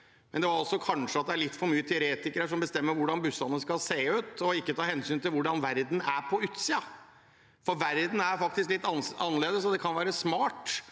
at det er litt for mange teoretikere som bestemmer hvordan bussene skal se ut, og ikke tar hensyn til hvordan verden er på utsiden. Verden er faktisk litt annerledes der, og det kan kanskje være smart